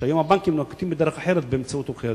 שהיום הבנקים נוקטים דרך אחרת באמצעות עורכי-הדין.